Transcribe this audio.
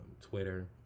Twitter